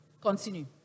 Continue